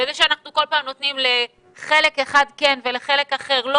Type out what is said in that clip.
זה שאנחנו כל הזמן נותנים לחלק אחד כן ולחלק אחר לא,